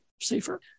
safer